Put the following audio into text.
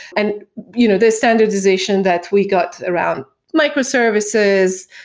and you know the standardization that we got around microservices,